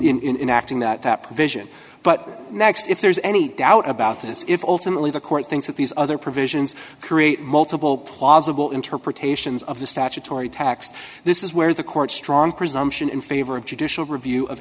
gauged in acting that that provision but next if there's any doubt about this if alternately the court thinks that these other provisions create multiple plausible interpretations of the statutory tax this is where the court strong presumption in favor of judicial review of